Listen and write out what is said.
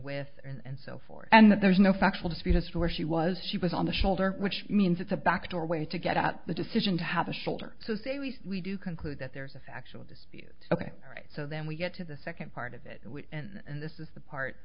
with and so for and that there is no factual dispute as to where she was she was on the shoulder which means it's a back door way to get out the decision to have a shoulder so say we we do conclude that there's a factual dispute ok so then we get to the second part of it and this is the part